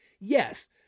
Yes